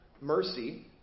Mercy